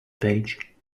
page